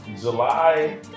July